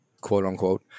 quote-unquote